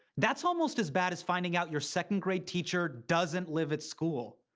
that's almost as bad as finding out your second grade teacher doesn't live at school.